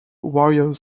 warrior